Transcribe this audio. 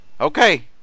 Okay